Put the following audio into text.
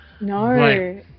no